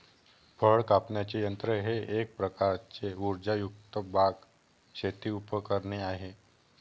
फळ कापण्याचे यंत्र हे एक प्रकारचे उर्जायुक्त बाग, शेती उपकरणे आहे